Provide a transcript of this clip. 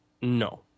no